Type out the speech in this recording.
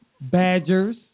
Badgers